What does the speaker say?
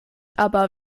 aber